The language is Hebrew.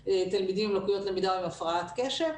תלמידים עם לקויות למידה או עם הפרעת קשב,